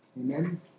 Amen